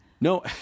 No